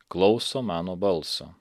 klauso mano balso